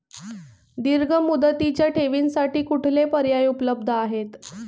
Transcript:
दीर्घ मुदतीच्या ठेवींसाठी कुठले पर्याय उपलब्ध आहेत?